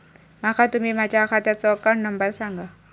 माका तुम्ही माझ्या खात्याचो अकाउंट नंबर सांगा?